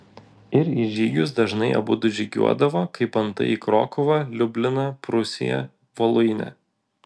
ir į žygius dažnai abudu žygiuodavo kaip antai į krokuvą liubliną prūsiją voluinę